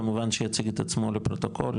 כמובן שיציג את עצמו לפרוטוקול,